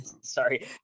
Sorry